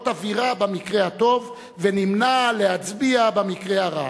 "אווירה" במקרה הטוב ונמנע מלהצביע במקרה הרע?